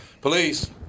police